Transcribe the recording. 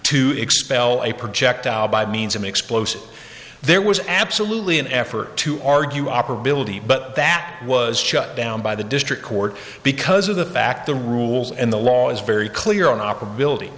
to expel a projectile by means of explosives there was absolutely an effort to argue operability but that was shut down by the district court because of the fact the rules and the law is very clear on o